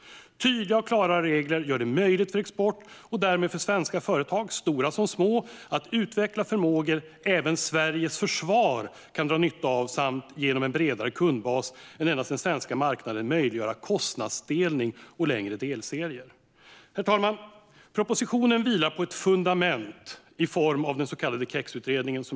Tydliga och klara regler gör det möjligt för export och därmed för svenska företag, stora som små, att utveckla förmågor även Sveriges försvar kan dra nytta av och att genom en bredare kundbas än endast den svenska marknaden möjliggöra kostnadsdelning och längre delserier. Herr talman! Propositionen vilar på ett fundament i form av den så kallade KEX-utredningen.